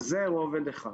זה רובד אחד.